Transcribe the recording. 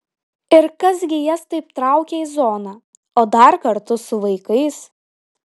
ir kas gi jas taip traukia į zoną o dar kartu su vaikais